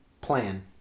plan